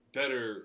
better